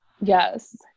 Yes